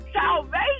Salvation